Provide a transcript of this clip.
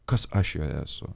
kas aš joje esu